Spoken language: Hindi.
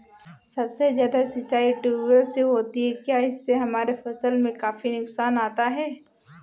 सबसे ज्यादा सिंचाई ट्यूबवेल से होती है क्या इससे हमारे फसल में काफी नुकसान आता है?